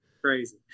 Crazy